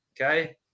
okay